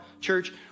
church